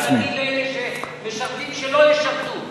אנחנו נגיד לאלה שמשרתים, שלא ישרתו.